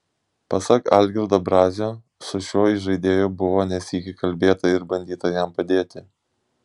pasak algirdo brazio su šiuo įžaidėju buvo ne sykį kalbėta ir bandyta jam padėti